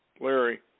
Larry